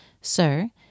Sir